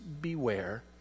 beware